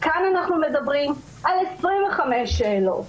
וכאן אנחנו מדברים על 25 שאלות.